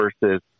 versus